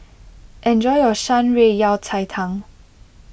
enjoy your Shan Rui Yao Cai Tang